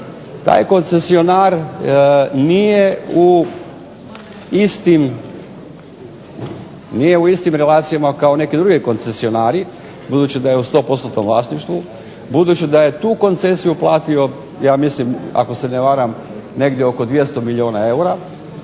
taj koncesionar nije u istim relacijama kao neki drugi koncesionari budući da je u 100%-nom vlasništvu, budući da je tu koncesiju platio ja mislim ako se ne varam negdje oko 200 milijuna eura,